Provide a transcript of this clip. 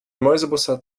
mäusebussard